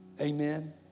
Amen